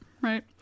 right